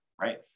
right